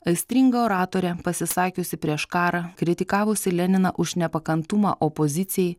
aistringa oratorė pasisakiusi prieš karą kritikavusi leniną už nepakantumą opozicijai